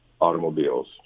automobiles